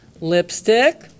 Lipstick